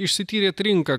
išsityrėt rinką